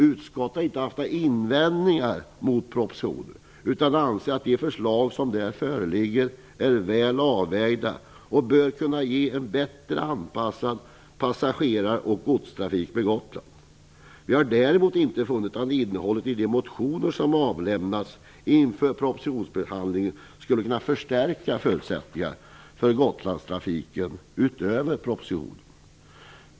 Utskottet har inte haft några invändningar mot propositionen, utan anser att de förslag som där föreligger är väl avvägda och bör kunna ge en bättre anpassad passagerar och godstrafik med Vi har däremot inte funnit att innehållet i de motioner som väckts inför propositionsbehandlingen skulle kunna förstärka förutsättningarna för Gotlandstrafiken utöver propositionens förslag.